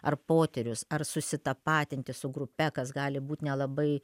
ar potyrius ar susitapatinti su grupe kas gali būt nelabai